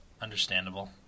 Understandable